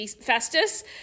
Festus